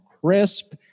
crisp